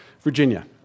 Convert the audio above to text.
Virginia